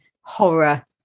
horror